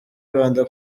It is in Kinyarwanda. rwanda